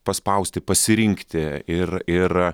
paspausti pasirinkti ir ir